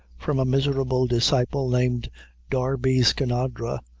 from a miserable disciple, named darby skinadre,